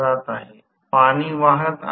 म्हणजे I 0